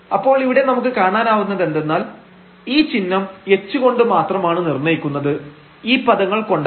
അപ്പോൾ ഇവിടെ നമുക്ക് കാണാനാവുന്നത് എന്തെന്നാൽ ഈ ചിഹ്നം h കൊണ്ട് മാത്രമാണ് നിർണയിക്കുന്നത് ഈ പദങ്ങൾ കൊണ്ടല്ല